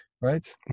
right